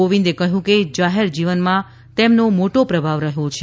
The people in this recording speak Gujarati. કોવિંદે કહ્યું કે જાહેર જીવનમાં તેમનો મોટો પ્રભાવ રહ્યો છે